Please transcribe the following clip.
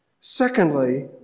Secondly